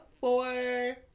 four